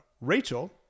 Rachel